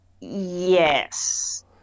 Yes